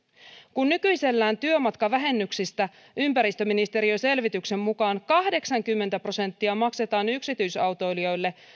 kun nykyisellään työmatkavähennyksistä ympäristöministeriön selvityksen mukaan kahdeksankymmentä prosenttia maksetaan yksityisautoilijoille